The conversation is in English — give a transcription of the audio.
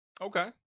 Okay